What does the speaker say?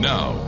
Now